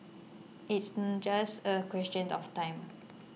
it's em just a question of time